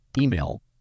Email